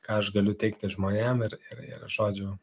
ką aš galiu teikti žmonėm ir ir žodžiu